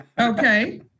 Okay